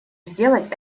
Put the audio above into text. сделать